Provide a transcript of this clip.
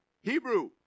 Hebrew